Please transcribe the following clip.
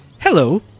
Hello